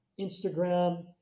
Instagram